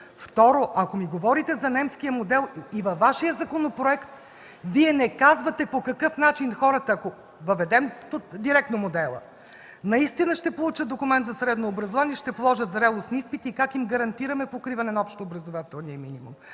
Второ, ако ми говорите за немския модел – и във Вашия законопроект не казвате по какъв начин хората, ако въведем директно модела, наистина ще получат документ за средно образование и ще положат зрелостни изпити, и как им гарантираме покриване на общообразователния минимум.